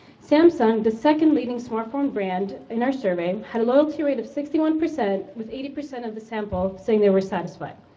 samsung, the second leading smartphone brand in our survey, had a loyalty rating of sixty one percent with eighty percent of the sample saying they were satisfied.